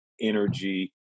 energy